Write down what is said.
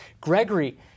Gregory